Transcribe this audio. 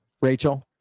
Rachel